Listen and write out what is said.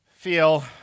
feel